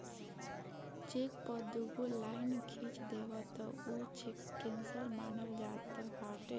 check पअ दुगो line खिंच देबअ तअ उ चेक केंसल मानल जात बाटे